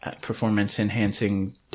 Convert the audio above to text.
performance-enhancing